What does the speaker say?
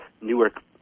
Newark